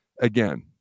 again